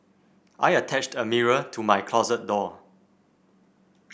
I attached a mirror to my closet door